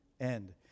end